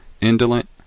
indolent